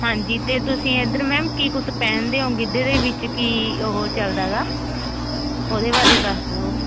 ਹਾਂਜੀ ਅਤੇ ਤੁਸੀਂ ਇੱਧਰ ਮੈਮ ਕੀ ਕੁਝ ਪਹਿਨਦੇ ਹੋ ਗਿੱਧੇ ਦੇ ਵਿੱਚ ਕੀ ਉਹ ਚੱਲਦਾ ਗਾ ਉਹਦੇ ਬਾਰੇ ਦੱਸ ਦਓ